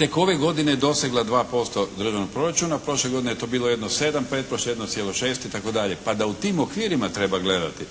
Tek ove godine je dosegla 2% državnog proračuna. Prošle godine je to bilo 1,7, pretprošle 1,6 i tako dalje. Pa da u tim okvirima treba gledati.